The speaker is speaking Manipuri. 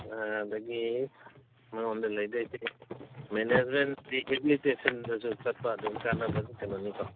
ꯑꯗꯒꯤ ꯃꯉꯣꯟꯗ ꯂꯩꯗꯣꯏꯁꯤ ꯃꯦꯅꯦꯖꯃꯦꯟ ꯗꯤ ꯔꯤꯍꯦꯕ꯭ꯂꯤꯇꯦꯁꯟꯗꯁꯨ ꯆꯠꯄ ꯑꯗꯨꯝ ꯀꯥꯟꯅꯕ ꯑꯗꯨꯝ ꯀꯩꯅꯣꯅꯤꯀꯣ